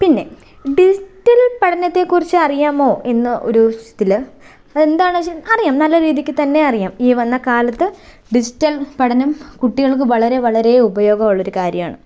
പിന്നെ ഡിജിറ്റൽ പഠനത്തെ കുറിച്ച് അറിയാമോ എന്നൊരു ഇതില് അത് എന്താണെന്ന് വെച്ചാൽ അറിയാം നല്ല രീതിക്ക് തന്നെ അറിയാം ഈ വന്ന കാലത്ത് ഡിജിറ്റൽ പഠനം കുട്ടികൾക്ക് വളരെ വളരെ ഉപയോഗമുള്ളൊരു കാര്യമാണ്